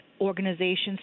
organizations